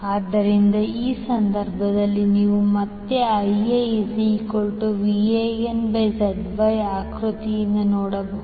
ಆದ್ದರಿಂದ ಈ ಸಂದರ್ಭದಲ್ಲಿ ನೀವು ಮತ್ತೆ IaVanZYಆಕೃತಿಯಿಂದ ನೋಡಬಹುದು